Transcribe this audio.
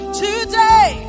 today